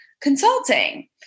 consulting